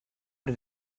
did